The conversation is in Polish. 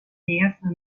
niejasno